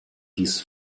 dies